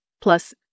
plus